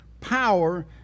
power